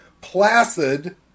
Placid